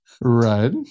right